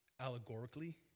allegorically